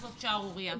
זאת שערורייה.